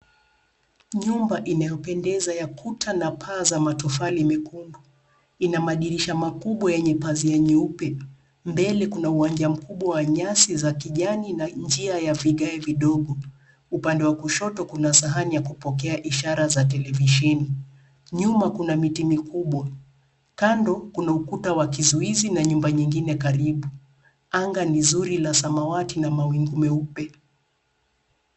Nyumba inayopendeza ya kuta na paa za matofali mekundu, ina madirisha makubwa yenye pazia nyeupe. Mbele, kuna uwanja mkubwa wa nyasi za kijani na njia ya vigae vidogo. Upande wa kushoto, kuna sahani ya kupokea ishara za televishini. Nyuma, kuna miti mikubwa. Kando, kuna ukuta wa kizuizi na nyumba nyingine karibu. Anga ni nzuri la samawati na mawingu meupe.